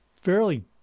fairly